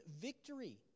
victory